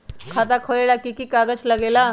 खाता खोलेला कि कि कागज़ात लगेला?